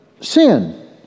sin